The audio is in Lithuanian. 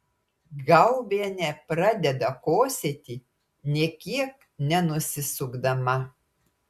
gaubienė pradeda kosėti nė kiek nenusisukdama